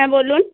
হ্যাঁ বলুন